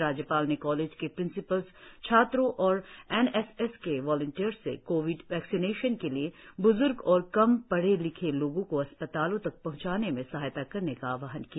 राज्यपाल ने कॉलेज के प्रिंसिपल्स छात्रो और एन एस एस के वॉलंटियर्स से कोविड वैक्सीनेशन के लिए ब्ज़र्ग और कम पढ़े लिखे लोगो को अस्पतालों तक पहचाने में सहायता करने का आहवान किया